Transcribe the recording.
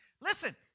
Listen